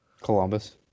Columbus